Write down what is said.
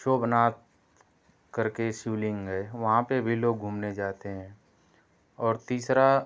शोभनाथ करके शिवलिंग है वहाँ पर भी लोग घूमने जाते हैं और तीसरा